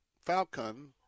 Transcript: Falcon